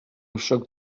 choc